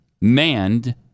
manned